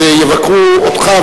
אז יבקרו אותך.